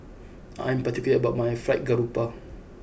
I am particular about my Fried Garoupa